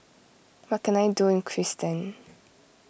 what can I do in Kyrgyzstan